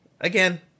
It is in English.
again